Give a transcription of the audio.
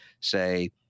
say